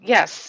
Yes